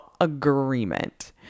agreement